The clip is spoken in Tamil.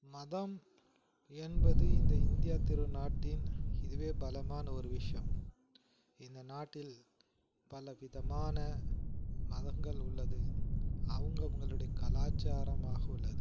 மதம் என்பது இந்த இந்திய திருநாட்டின் இதுவே பலமான ஒரு விஷயம் இந்த நாட்டில் பலவிதமான மதங்கள் உள்ளது அவுங்கவங்களுடைய கலாச்சாரமாக உள்ளது